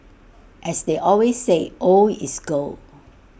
as they always say old is gold